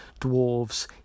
dwarves